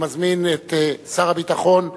אני מזמין את שר הביטחון,